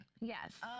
Yes